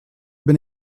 have